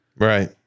Right